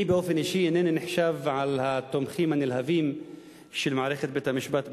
אני באופן אישי אינני נחשב מהתומכים הנלהבים של מערכת המשפט בישראל,